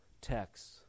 text